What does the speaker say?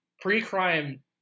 pre-crime